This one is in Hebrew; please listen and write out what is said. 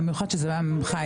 במיוחד כשזה בא ממך,